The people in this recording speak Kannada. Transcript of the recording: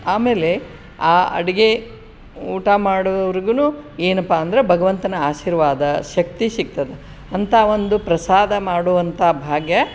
ಆಮೇಲೆ ಆ ಅಡುಗೆ ಊಟ ಮಾಡುವವರ್ಗೂನು ಏನಪ್ಪ ಅಂದರೆ ಭಗವಂತನ ಆಶೀರ್ವಾದ ಶಕ್ತಿ ಸಿಗ್ತದ ಅಂಥ ಒಂದು ಪ್ರಸಾದ ಮಾಡುವಂಥ ಭಾಗ್ಯ